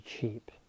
cheap